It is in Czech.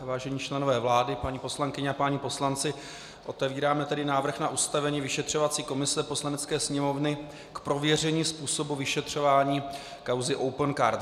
Vážení členové vlády, paní poslankyně a páni poslanci, otevíráme tedy návrh na ustavení vyšetřovací komise Poslanecké sněmovny k prověření způsobu vyšetřování kauzy Opencard.